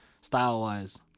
style-wise